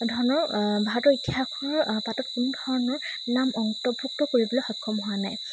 ধৰণৰ ভাৰতৰ ইতিহাসৰ পাতত কোনো ধৰণৰ নাম অন্তৰ্ভুক্ত কৰিবলৈ সক্ষম হোৱা নাই